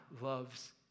loves